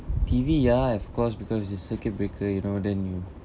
T_V ya of course because it's circuit breaker you know then you